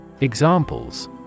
Examples